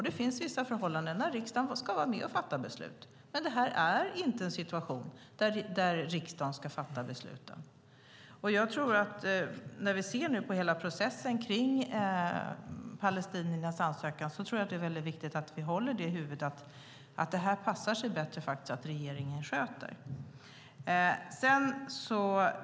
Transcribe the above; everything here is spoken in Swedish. Det finns vissa situationer där riksdagen ska var med och fatta beslut, men det här är inte en sådan situation. När vi ser på hela processen som rör palestiniernas ansökan tror jag att det är viktigt att hålla i minnet att det passar sig bättre att regeringen sköter den frågan.